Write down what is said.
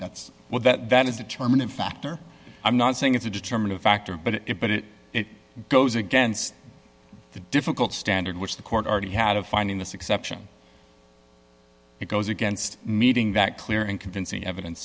that's what that that is determining factor i'm not saying it's a determining factor but it but it goes against the difficult standard which the court already had of finding this exception it goes against meeting that clear and convincing evidence